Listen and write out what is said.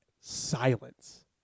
Silence